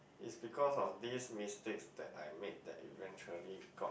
it's because of these mistakes that I made that eventually got